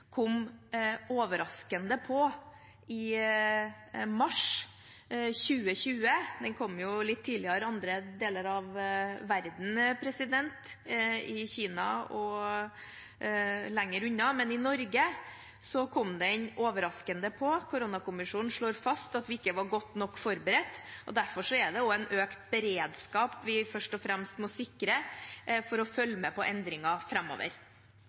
kom overraskende på i mars 2020. Den kom litt tidligere i andre deler av verden – i Kina og lenger unna – men i Norge kom den overraskende på. Koronakommisjonen slår fast at vi ikke var godt nok forberedt, og derfor er det økt beredskap vi først og fremst må sikre for å følge med på endringer framover.